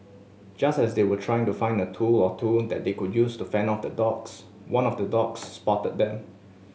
just as they were trying to find a tool or two that they could use to fend off the dogs one of the dogs spotted them